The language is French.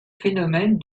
phénomène